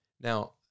Now